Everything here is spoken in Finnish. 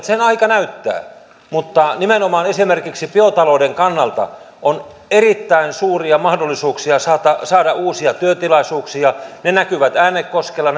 sen aika näyttää mutta nimenomaan esimerkiksi biotalouden kannalta on erittäin suuria mahdollisuuksia saada saada uusia työtilaisuuksia ne näkyvät äänekoskella